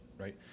right